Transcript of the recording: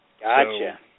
Gotcha